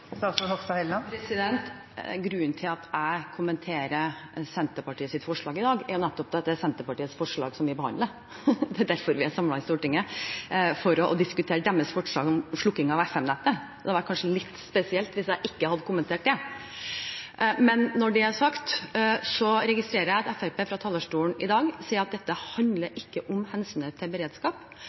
Grunnen til at jeg kommenterer Senterpartiets forslag i dag, er nettopp at det er Senterpartiets forslag vi behandler. Det er derfor vi er samlet i Stortinget, for å diskutere deres forslag om slukking av FM-nettet. Det hadde kanskje vært litt spesielt hvis jeg ikke hadde kommentert det. Men når det er sagt, registrerer jeg at Fremskrittspartiet fra talerstolen i dag sier at dette handler ikke om hensynet til beredskap,